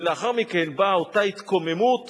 ולאחר מכן באה אותה התקוממות,